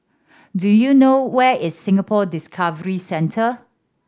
do you know where is Singapore Discovery Centre